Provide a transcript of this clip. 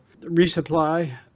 resupply